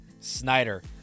Snyder